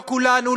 לא כולנו,